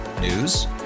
News